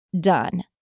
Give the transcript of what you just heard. done